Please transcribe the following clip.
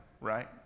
Right